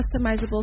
customizable